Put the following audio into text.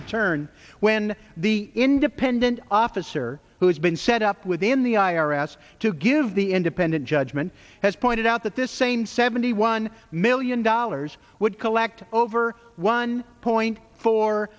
return when the independent officer who has been set up within the i r s to give the independent judgment has pointed out that this same seventy one million dollars would collect over one point four